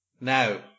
Now